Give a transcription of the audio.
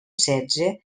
setze